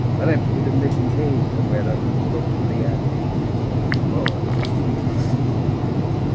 perhaps they've been making haste somewhere under the slopes of the andes the moors are sleeping in the few years